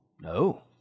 No